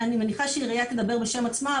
אני מניחה שהעירייה תדבר בשם עצמה,